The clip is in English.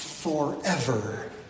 forever